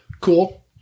Cool